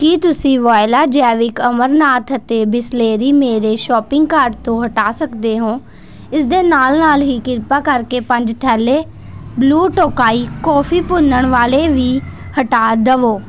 ਕੀ ਤੁਸੀਂ ਵੋਇਲਾ ਜੈਵਿਕ ਅਮਰਨਾਥ ਅਤੇ ਬਿਸਲੇਰੀ ਮੇਰੇ ਸ਼ੋਪਿੰਗ ਕਾਰਟ ਤੋਂ ਹਟਾ ਸਕਦੇ ਹੋ ਇਸ ਦੇ ਨਾਲ ਨਾਲ ਹੀ ਕ੍ਰਿਪਾ ਕਰਕੇ ਪੰਜ ਥੈਲੈ ਬਲੁ ਟੋਕਾਈ ਕੌਫੀ ਭੁੰਨਣ ਵਾਲੇ ਵੀ ਹਟਾ ਦਵੋ